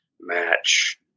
match